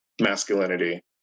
masculinity